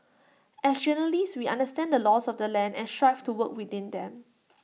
as journalists we understand the laws of the land and strive to work within them